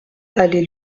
allée